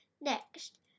Next